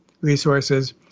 resources